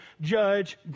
judge